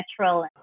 natural